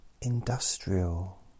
industrial